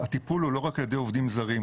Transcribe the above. הטיפול הוא לא רק על ידי עובדים זרים.